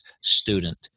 student